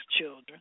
children